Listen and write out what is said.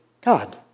God